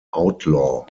outlaw